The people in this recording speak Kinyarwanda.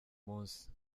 munsi